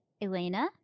Elena